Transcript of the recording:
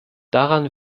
daran